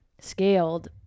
scaled